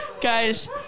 Guys